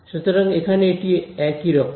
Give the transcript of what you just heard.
সুতরাং এখানে এটি একই রকম